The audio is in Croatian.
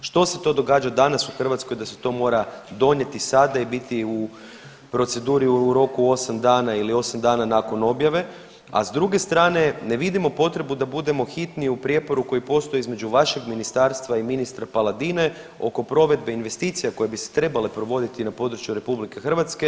Što se to događa danas u Hrvatskoj da se to mora donijeti sada i biti u proceduri u roku 8 dana ili 8 dana nakon objave, a s druge strane ne vidimo potrebu da budemo hitni u prijeporu koji postoji između vašeg ministarstva i ministra Paladine oko provedbe investicija koje bi se trebale provoditi na području RH.